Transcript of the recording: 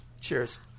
Cheers